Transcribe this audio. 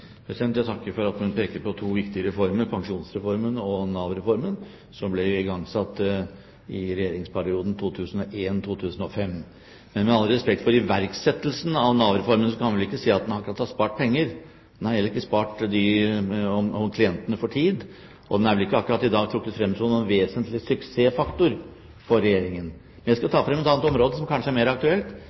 Jeg takker for at statsråden peker på to viktige reformer – pensjonsreformen og Nav-reformen – som ble igangsatt i regjeringsperioden 2001–2005. Med all respekt for iverksettelsen av Nav-reformen, en kan vel ikke si at en akkurat har spart penger. Reformen har heller ikke spart klientene for tid, og den er vel ikke i dag trukket frem som en vesentlig suksessfaktor for Regjeringen. Jeg skal ta frem et annet område som kanskje er mer aktuelt,